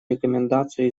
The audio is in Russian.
рекомендацию